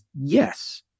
yes